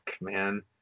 man